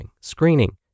screening